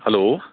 hello